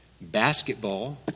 basketball